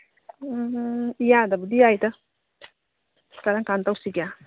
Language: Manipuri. ꯏꯌꯥꯗꯕꯨꯗꯤ ꯌꯥꯏꯗ ꯀꯔꯝ ꯀꯥꯟꯗ ꯇꯧꯁꯤꯒꯦ